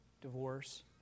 divorce